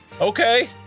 Okay